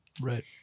Right